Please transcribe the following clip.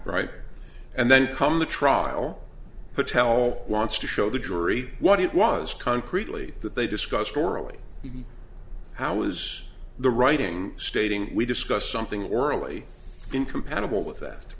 write and then come the trial patel wants to show the jury what it was concretely that they discussed orally how was the writing stating we discussed something orally incompatible with that